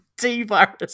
t-virus